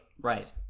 right